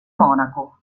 monaco